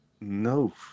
no